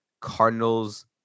Cardinals